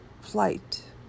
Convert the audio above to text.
flight